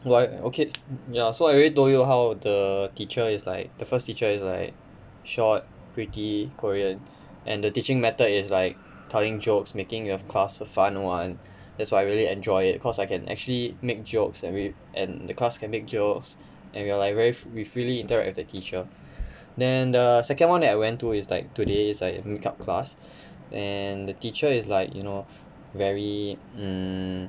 why okay ya so I already told you how the teacher is like the first teacher is like short pretty korean and the teaching method is like telling jokes making your class a fun one that's why I really enjoy it cause I can actually make jokes and we and the class can make jokes and we were like very we freely interact with the teacher then the second one that I went to is like today's like makeup class and the teacher is like you know very um